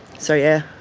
so yeah,